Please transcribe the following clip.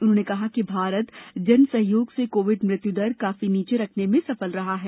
उन्होंने कहा कि भारत जन सहयोग से कोविड मृत्यु दर काफी नीचे रखने में सफल रहा है